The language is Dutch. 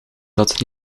dat